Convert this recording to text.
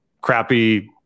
crappy